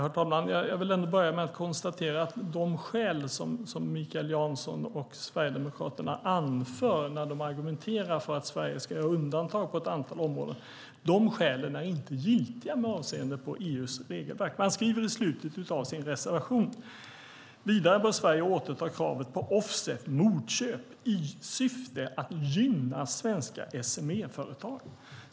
Herr talman! Jag vill ändå börja med att konstatera att de skäl som Mikael Jansson och Sverigedemokraterna anför när de argumenterar för att Sverige ska göra undantag på ett antal områden inte är giltiga med avseende på EU:s regelverk. Man skriver i slutet av sin reservation: "Vidare bör Sverige återta kravet på offset i syfte att gynna svenska SME-företag.